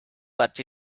that